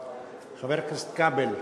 חבר הכנסת כבל,